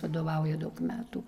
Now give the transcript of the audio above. vadovauja daug metų